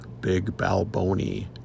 bigbalboni